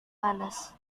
panas